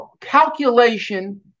calculation